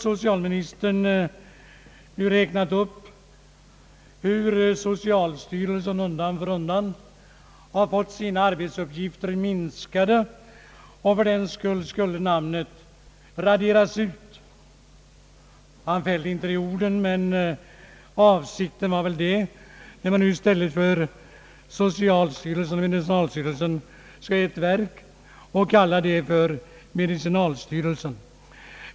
Socialministern har utvecklat hur socialstyrelsen undan för undan fått sina arbetsuppgifter minskade, varför namnet borde raderas ut. Han fällde inte de orden, men avsikten var väl den, när man nu ersätter socialstyrelsen och medicinalstyrelsen med ett enda verk och vill kalla det medicinalstyreisen.